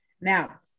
Now